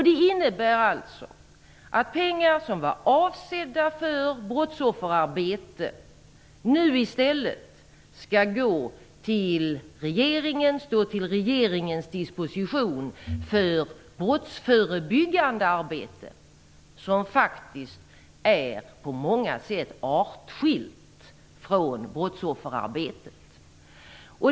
Det innebär alltså att pengar som var avsedda för brottsofferarbete nu i stället skall stå till regeringens disposition för brottsförebyggande arbete, som faktiskt på många sätt är artskilt från brottsofferarbete.